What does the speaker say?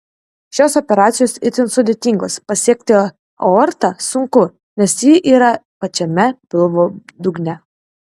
šios operacijos itin sudėtingos pasiekti aortą sunku nes ji yra pačiame pilvo dugne